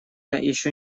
ещё